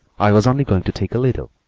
i was only going to take a little,